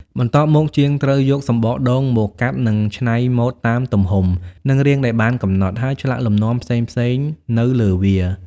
បន្ទាប់មក ជាងត្រូវយកសំបកដូងមកកាត់និងច្នៃម៉ូដតាមទំហំ និងរាងដែលបានកំណត់ ហើយឆ្លាក់លំនាំផ្សេងៗនៅលើវា។